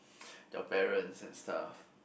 your parents and stuff